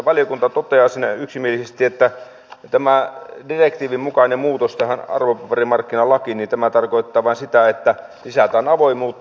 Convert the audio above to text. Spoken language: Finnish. valiokunta toteaa siinä yksimielisesti että tämä direktiivin mukainen muutos tähän arvopaperimarkkinalakiin tarkoittaa vain sitä että lisätään avoimuutta